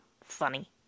funny